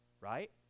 right